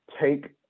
take